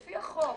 לפי החוק,